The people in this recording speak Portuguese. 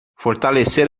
fortalecer